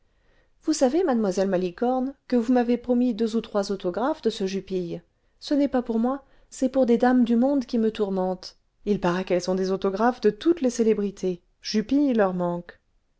vous savez mademoiselle malicorne que vous m'avez promis deux ou trois autographes de ce jupille ce n'est pas pour moi c'est pour des l'accusé jupille distribuant des autographes aux femmes du monde dames du monde qui me tourmentent il paraît qu'elles ont des autographes de toutes les célébrités jupille leur manque